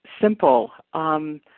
simple